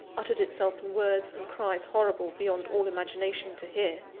uttered itself in words and cries horrible, beyond all imagination, to hear.